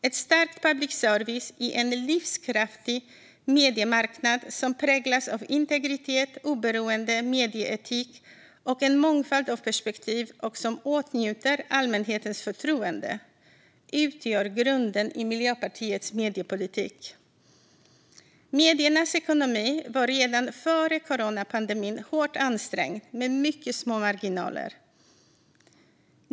En stark public service i en livskraftig mediemarknad som präglas av integritet, oberoende, medieetik och en mångfald av perspektiv, och som åtnjuter allmänhetens förtroende, utgör grunden i Miljöpartiets mediepolitik. Mediernas ekonomi var redan före coronapandemin hårt ansträngd med mycket små marginaler.